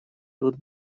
тут